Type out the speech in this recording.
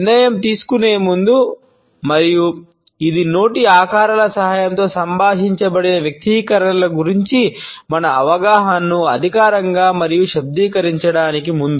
నిర్ణయం తీసుకునే ముందు మరియు ఇది నోటి ఆకారాల సహాయంతో సంభాషించబడిన వ్యక్తీకరణల గురించి మన అవగాహనను అధికారికంగా మరియు శబ్దీకరించడానికి ముందు